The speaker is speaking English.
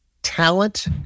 talent